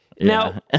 Now